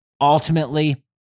Ultimately